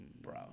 Bro